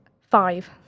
five